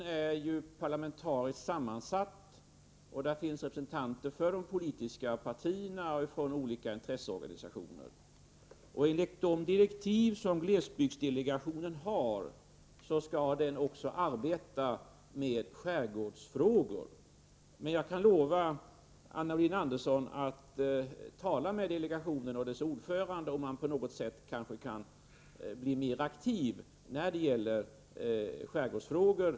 Den är ju parlamentariskt sammansatt och där finns representanter för de politiska partierna och för olika intresseorganisationer. Enligt de direktiv som glesbygdsdelegationen har skall den arbeta också med skärgårdsfrågor. Men jag kan lova Anna Wohlin-Andersson att tala med delegationens ordförande om han på något sätt kanske kan bli mer aktiv när det gäller skärgårdsfrågor.